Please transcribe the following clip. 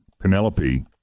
Penelope